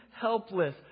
helpless